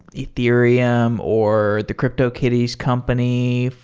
ethereum, or the cryptokitties company,